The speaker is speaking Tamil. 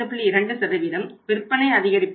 2 விற்பனை அதிகரிப்பாகும்